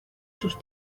sus